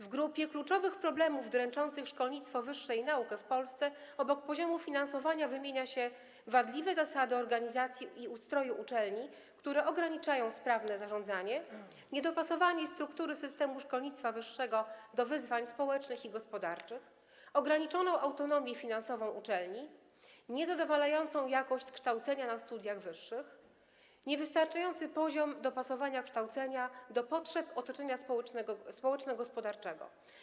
W grupie kluczowych problemów dręczących szkolnictwo wyższe i naukę w Polsce obok poziomu finansowania wymienia się wadliwe zasady organizacji i ustroju uczelni, które ograniczają sprawne zarządzanie, niedopasowanie struktury systemu szkolnictwa wyższego do wyzwań społecznych i gospodarczych, ograniczoną autonomię finansową uczelni, niezadowalającą jakość kształcenia na studiach wyższych, niewystarczający poziom dopasowania kształcenia do potrzeb otoczenia społeczno-gospodarczego.